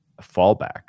fallback